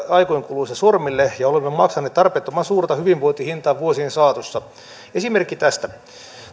aikojen kuluessa sormille ja olemme maksaneet tarpeettoman suurta hyvinvointihintaa vuosien saatossa esimerkki tästä